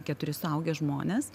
keturi suaugę žmonės